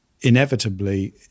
inevitably